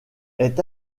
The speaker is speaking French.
est